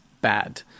bad